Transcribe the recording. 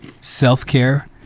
self-care